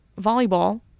volleyball